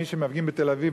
מי שמפגינים בתל-אביב,